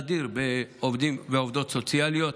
אדיר, בעובדים ועובדות סוציאליים.